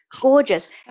gorgeous